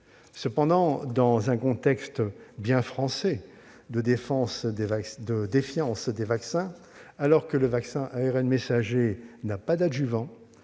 Cependant, dans le contexte bien français de défiance à l'égard des vaccins, alors que le vaccin ARN messager n'a pas d'adjuvant,